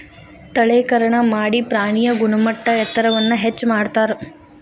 ತಳೇಕರಣಾ ಮಾಡಿ ಪ್ರಾಣಿಯ ಗುಣಮಟ್ಟ ಎತ್ತರವನ್ನ ಹೆಚ್ಚ ಮಾಡತಾರ